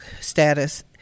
status